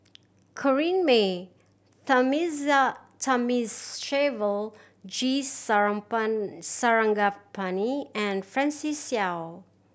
Corrinne May Thamizhavel G Sarangapani and Francis Seow